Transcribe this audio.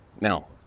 now